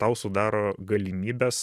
tau sudaro galimybes